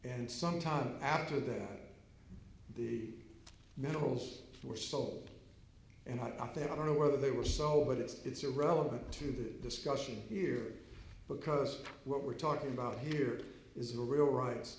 and some time after that the minerals or so and i think i don't know whether they were so but it's it's irrelevant to the discussion here because what we're talking about here is the real rights